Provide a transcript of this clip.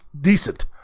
decent